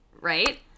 Right